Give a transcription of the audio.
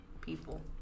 people